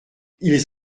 ils